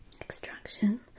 extraction